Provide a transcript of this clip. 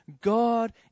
God